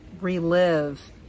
relive